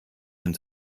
dem